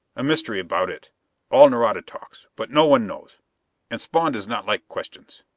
a mystery about it all nareda talks, but no one knows and spawn does not like questions.